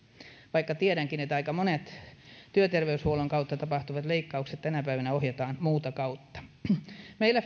vaikka tiedänkin että aika monet työterveyshuollon kautta tapahtuvat leikkaukset tänä päivänä ohjataan muuta kautta meillä